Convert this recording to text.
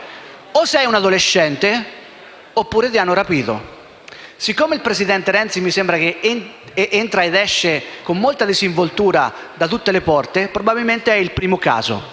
o è un adolescente o lo hanno rapito. Siccome il presidente Renzi mi sembra che entri ed esca con molta disinvoltura da tutte le porte, probabilmente è vero il primo caso.